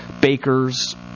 bakers